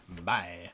bye